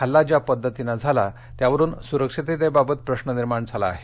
हल्ला ज्या पद्धतीनं झाला त्यावरून सुरक्षिततेबाबत प्रश्न निर्माण झाला आहे